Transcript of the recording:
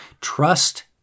Trust